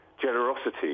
generosity